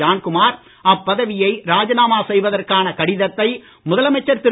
ஜான்குமார் அப்பதவியை ராஜினாமா செய்வதற்கான கடிதத்தை முதலமைச்சர் திரு